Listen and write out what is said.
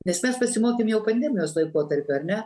nes mes pasimokėm jau pandemijos laikotarpiu ar ne